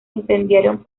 incendiaron